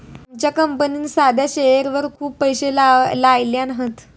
आमच्या कंपनीन साध्या शेअरवर खूप पैशे लायल्यान हत